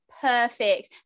perfect